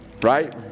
Right